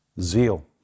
Zeal